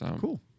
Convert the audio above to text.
Cool